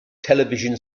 television